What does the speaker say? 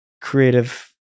creative